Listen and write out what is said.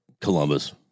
Columbus